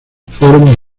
fueron